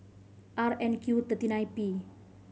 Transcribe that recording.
R N Q thirty nine P